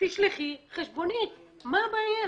תשלחי חשבונית, מה הבעיה?